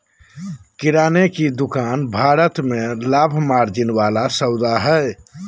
किराने की दुकान भारत में लाभ मार्जिन वाला सौदा हइ